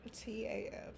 T-A-F